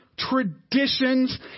traditions